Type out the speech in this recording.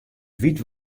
wyt